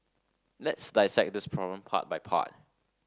let's dissect this problem part by part